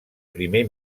primer